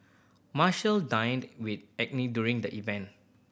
Marshall dined with during the event